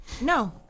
no